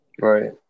right